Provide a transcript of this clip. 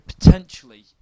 Potentially